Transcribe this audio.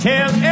Tell